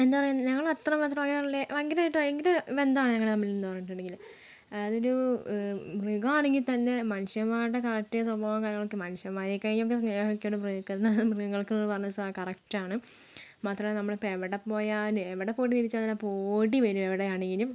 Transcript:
എന്താണ് പറയുക ഞങ്ങൾ അത്രമാത്രം ഭയങ്കരമായിട്ടും ഭയങ്കര ബന്ധം ആണ് ഞങ്ങൾ തമ്മിൽ എന്ന് പറഞ്ഞിട്ടുണ്ടെങ്കിൽ അതൊരു മൃഗം ആണെങ്കിൽ തന്നെ മനുഷ്യന്മാരുടെ കറക്റ്റ് സ്വഭാവം കാര്യങ്ങളൊക്കെ മനുഷ്യന്മാരേക്കാളും ഒക്കെ സ്നേഹമൊക്കെയുണ്ട് മൃഗക്ക് മൃഗങ്ങൾക്ക് എന്നു പറഞ്ഞത് സ കറക്റ്റ് ആണ് മാത്രമല്ല നമ്മൾ ഇപ്പോൾ എവിടെ പോയാലും എവിടെ പോയിട്ട് തിരിച്ച് വന്നാലും അപ്പം ഓടിവരും എവിടെയാണെങ്കിലും